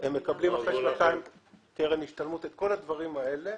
הם מקבלים אחרי שנתיים קרן השתלמות וכל הדברים האלה.